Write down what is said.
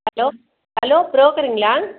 hello hello ப்ரோகருங்களா